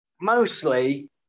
mostly